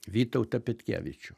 vytautą petkevičių